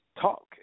talk